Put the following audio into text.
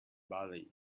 bali